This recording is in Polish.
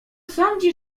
sądzi